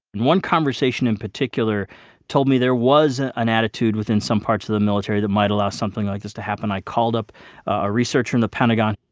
one conversation in particular told me there was an attitude within some parts of the military that might allow something like this to happen. i called up a researcher in the pentagon,